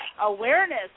awareness